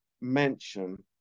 mention